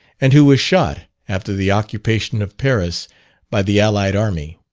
and who was shot after the occupation of paris by the allied army.